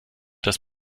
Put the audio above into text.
das